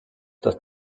das